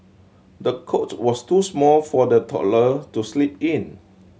the cot was too small for the toddler to sleep in